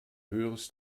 höheres